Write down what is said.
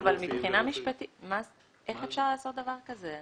כן, אבל מבחינה משפטית איך אפשר לעשות דבר כזה?